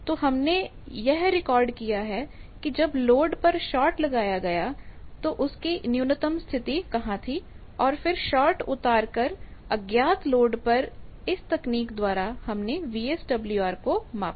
तो हमने यह रिकॉर्ड किया है कि जब लोड पर शॉर्ट लगाया गया उसकी न्यूनतम स्थिति कहां थी और फिर शार्ट उतार कर अज्ञात लोड पर इस तकनीक द्वारा हमने वीएसडब्ल्यूआर को मापा